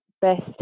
best